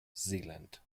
zealand